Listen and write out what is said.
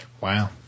Wow